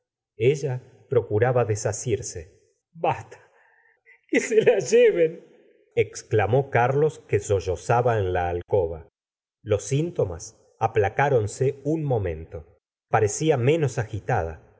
ella procuraba desasirse basta que se la lleven exclamó carlos que sollozaba en la alcoba los síntomas aplacáronse uu momento parecía menos agitada